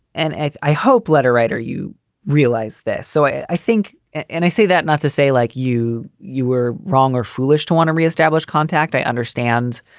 and i i hope letter writer, you realize this. so i think and i say that not to say like you, you were wrong or foolish to want to re-establish contact. i understand.